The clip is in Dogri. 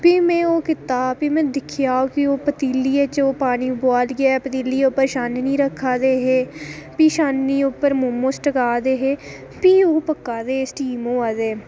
ते प्ही में ओह् कीता ते भी में ओह् दिक्खेआ ते पतीलियै च ओह् पानी बोआलियै पतीलियै उप्पर छाननी रक्खा दे हे प्ही छाननी उप्पर मोमोज़ टक्कादे हे भी ओह् पक्का दे हे स्टीम होआ दे हे